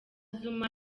zuma